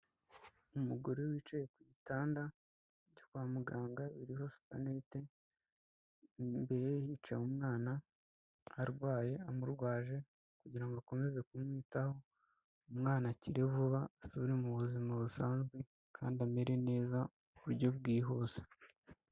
Umugore wicaye ku gitanda cyo kwa muganga, iriho supanete, imbere ye hicaye umwana arwaye, amurwaje, kugira ngo akomeze kumwitaho, umwana akire vuba asubire mu buzima busanzwe, kandi amere neza mu buryo bwihuse.